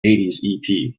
eighties